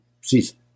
season